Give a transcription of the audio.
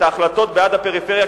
את ההחלטות בעד הפריפריה,